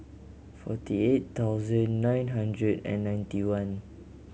forty eight thousand nine hundred and ninety one